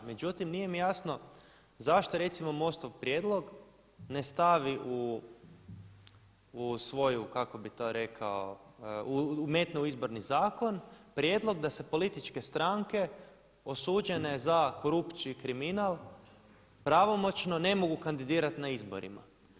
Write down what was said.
Međutim, nije mi jasno zašto recimo MOST-ov prijedlog ne stavi u svoju kako bih to rekao, umetne u Izborni zakon, prijedlog da se političke stranke osuđene za korupciju i kriminal pravomoćno ne mogu kandidirati na izborima.